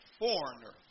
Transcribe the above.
foreigner